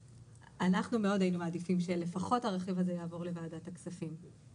אנחנו מאוד היינו מעדיפים שלפחות הרכיב הזה יעבור לוועדת הכספים.